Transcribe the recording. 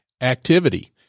activity